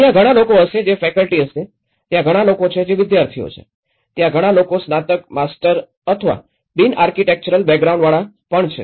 અહીંયા ઘણા લોકો હશે જે ફેકલ્ટી હશે ત્યાં ઘણા લોકો છે જે વિદ્યાર્થીઓ છે ત્યાં ઘણા લોકો સ્નાતક માસ્ટર અથવા બિન આર્કિટેક્ચરલ બેકગ્રાઉન્ડના પણ છે